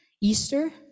easter